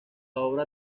obra